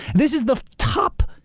this is the top,